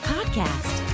Podcast